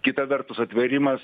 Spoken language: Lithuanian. kita vertus atvėrimas